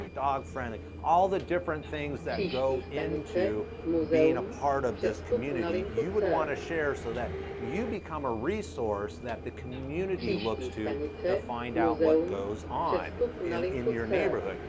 dog friendly. all the different things that go into being a part of this community you would wanna share, so that you become a resource that the community looks to to find out what goes on in in your neighborhood.